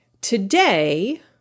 today